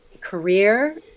career